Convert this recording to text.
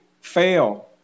fail